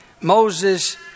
Moses